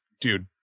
dude